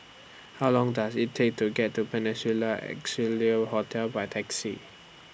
How Long Does IT Take to get to Peninsula Excelsior Hotel By Taxi